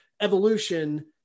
evolution